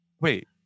wait